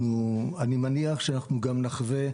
אני מניח שאנחנו גם נחווה,